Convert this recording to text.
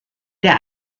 der